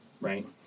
right